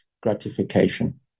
gratification